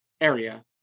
area